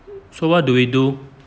so what do we do